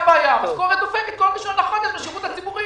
המשכורת דופקת כל ראשון לחודש בשירות הציבורי.